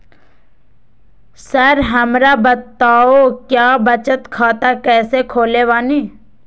Sir हमरा बताओ क्या बचत खाता कैसे खोले बानी?